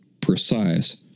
precise